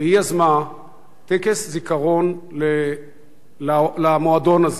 והיא יזמה טקס זיכרון למועדון הזה.